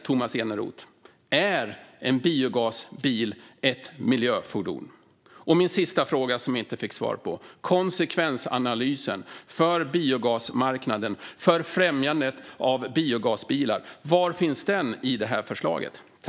Är en biogasbil, Tomas Eneroth, ett miljöfordon? Konsekvensanalysen för biogasmarknaden, för främjande av biogasbilar, var finns den i förslaget?